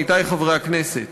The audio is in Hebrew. עמיתי חברי הכנסת,